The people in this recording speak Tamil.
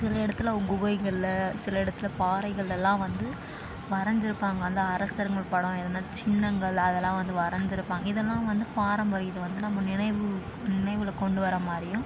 சில இடத்துல குகைகளில் சில இடத்துல பாறைகளில் எல்லாம் வந்து வரைஞ்சுருப்பாங்க அந்த அரசரங்க படம் எதுனால் சின்னங்கள் அதெல்லாம் வந்து வரைஞ்சுருப்பாங்க இதெல்லாம் வந்து பாரம்பரியத்தை வந்து நம்ம நினைவு நினைவில் கொண்டு வர்ற மாதிரியும்